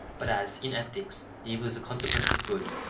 but as, in ethics, evil is a consequence of good,